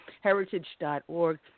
heritage.org